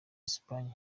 espagne